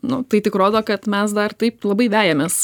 nu tai tik rodo kad mes dar taip labai vejamės